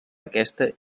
aquesta